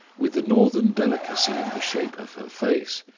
with the northern delicacy in the shape of her face,